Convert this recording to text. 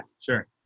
sure